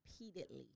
repeatedly